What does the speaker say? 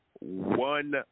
one